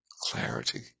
clarity